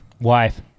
Wife